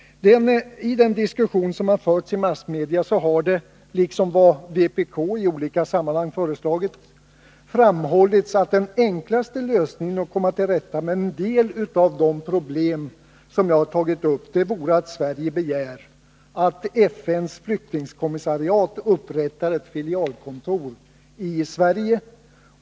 I den diskussion som har förts i massmedia har det framhållits — och det har också vpk i olika sammanhang förespråkat — att den enklaste lösningen när det gäller att komma till rätta med en del av de problem som jag har tagit upp vore att Sverige begärde att FN:s flyktingkommissariat skall upprätta ett filialkontor i Sverige.